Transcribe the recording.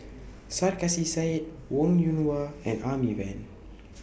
Sarkasi Said Wong Yoon Wah and Amy Van